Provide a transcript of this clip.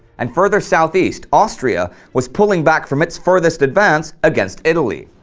and further southeast austria was pulling back from its furthest advance against italy.